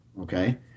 Okay